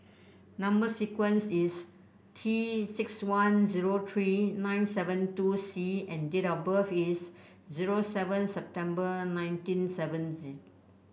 number sequence is T six one zero three nine seven two C and date of birth is zero seven September nineteen seventy